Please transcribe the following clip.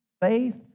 faith